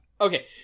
Okay